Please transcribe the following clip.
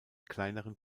kleineren